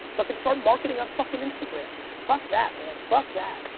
fucking start marketing on fucking instagram, fuck that, man, fuck that.